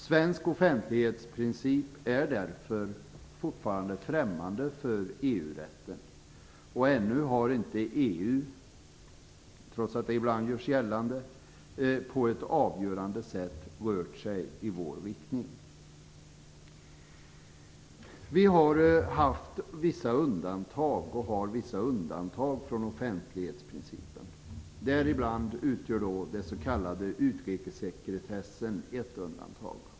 Svensk offentlighetsprincip är därför fortfarande främmande för EU-rätten. Ännu har inte EU, trots att det ibland görs gällande, på ett avgörande sätt rört sig i vår riktning. Vi har och har haft vissa undantag från offentlighetsprincipen. Däribland utgör den s.k. utrikessekretessen ett undantag.